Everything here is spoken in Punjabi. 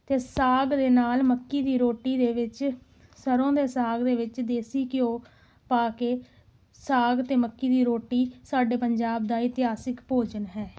ਅਤੇ ਸਾਗ ਦੇ ਨਾਲ ਮੱਕੀ ਦੀ ਰੋਟੀ ਦੇ ਵਿੱਚ ਸਰੋਂ ਦੇ ਸਾਗ ਦੇ ਵਿੱਚ ਦੇਸੀ ਘਿਓ ਪਾ ਕੇ ਸਾਗ ਅਤੇ ਮੱਕੀ ਦੀ ਰੋਟੀ ਸਾਡੇ ਪੰਜਾਬ ਦਾ ਇਤਿਹਾਸਿਕ ਭੋਜਨ ਹੈ